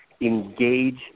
engage